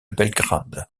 belgrade